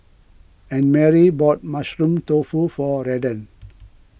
Annmarie bought Mushroom Tofu for Redden